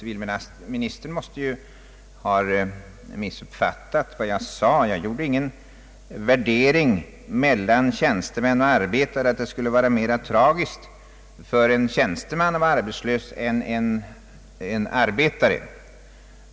Herr talman! Civilministern har missuppfattat vad jag sade — jag gjorde ingen värdering, påstod inte att det skulle vara mera tragiskt för en tjänsteman än för en arbetare att bli friställd.